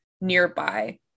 nearby